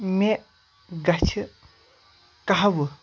مے گژِھہٕ قہوٕ